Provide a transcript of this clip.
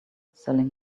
selling